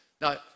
Now